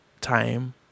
time